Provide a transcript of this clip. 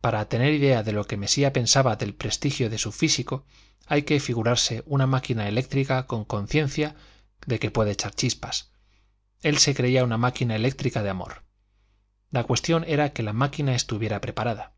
para tener idea de lo que mesía pensaba del prestigio de su físico hay que figurarse una máquina eléctrica con conciencia de que puede echar chispas él se creía una máquina eléctrica de amor la cuestión era que la máquina estuviese preparada